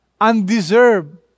Undeserved